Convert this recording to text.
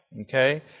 Okay